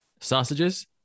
sausages